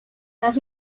las